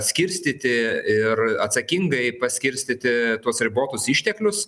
skirstyti ir atsakingai paskirstyti tuos ribotus išteklius